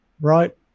right